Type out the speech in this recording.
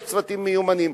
יש צוותים מיומנים.